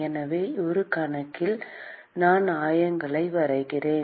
எனவே ஒரு கணத்தில் நான் ஆயங்களை வரைகிறேன்